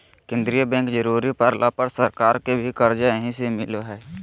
केंद्रीय बैंक जरुरी पड़ला पर सरकार के भी कर्जा यहीं से मिलो हइ